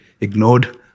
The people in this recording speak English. ignored